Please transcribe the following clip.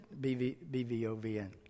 BVOVN